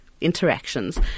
interactions